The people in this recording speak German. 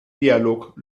dialog